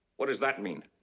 what does that mean?